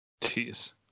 Jeez